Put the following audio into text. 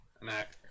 Mac